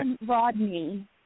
Rodney